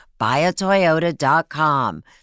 buyatoyota.com